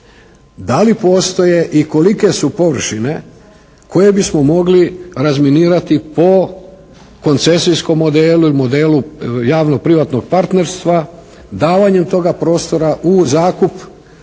da li postoje i kolike su površine koje bismo mogli razminirati po koncesijskom modelu ili modelu javno-privatnog partnerstva davanjem toga prostora u zakup